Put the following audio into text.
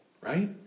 right